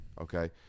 Okay